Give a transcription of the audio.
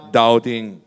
doubting